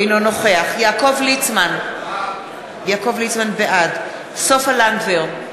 אינו נוכח יעקב ליצמן, בעד סופה לנדבר,